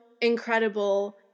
incredible